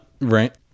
Right